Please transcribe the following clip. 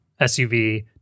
SUV